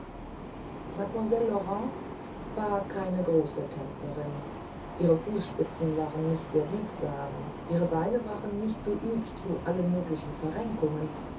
mademoiselle laurence war keine große tänzerin ihre fußspitzen waren nicht sehr biegsam ihre beine waren nicht geübt zu allen möglichen verrenkungen